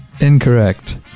Incorrect